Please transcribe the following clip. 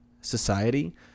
society